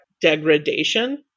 degradation